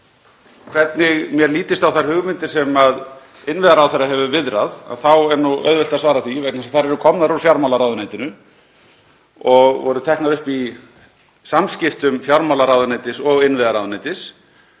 að því hvernig mér lítist á þær hugmyndir sem innviðaráðherra hefur viðrað þá er auðvelt að svara því vegna þess að þær eru komnar úr fjármálaráðuneytinu og voru teknar upp í samskiptum fjármálaráðuneytis og innviðaráðuneytis.